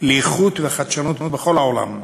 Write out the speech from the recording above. לאיכות וחדשנות בכל העולם.